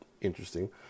interesting